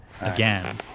again